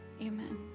amen